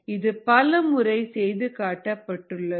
இது பலமுறை செய்து காட்டப்பட்டுள்ளது